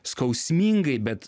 skausmingai bet